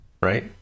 right